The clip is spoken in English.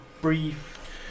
brief